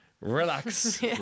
relax